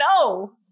no